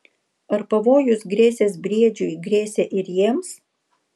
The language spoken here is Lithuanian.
ar pavojus grėsęs briedžiui grėsė ir jiems